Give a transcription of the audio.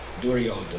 Duryodhana